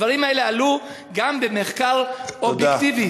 הדברים האלה עלו גם במחקר אובייקטיבי